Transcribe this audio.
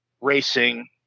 racing